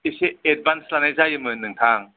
एसे एदबानस लानाय जायोमोन नोंथां